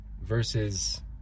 Versus